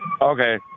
okay